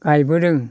गायबोदों